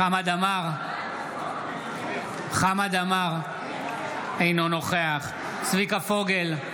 עמאר, אינו נוכח צביקה פוגל,